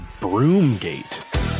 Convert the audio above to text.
Broomgate